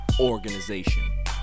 organization